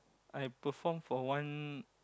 I perform for one